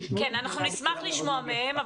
כן, אנחנו נשמח לשמוע מהם.